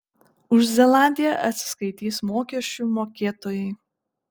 už zelandiją atsiskaitys mokesčių mokėtojai